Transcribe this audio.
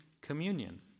communion